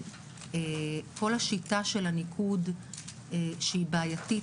כל השיטה של הניקוד שהיא בעייתית,